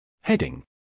Heading